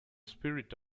spirit